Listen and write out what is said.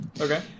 Okay